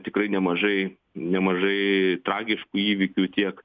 tikrai nemažai nemažai tragiškų įvykių tiek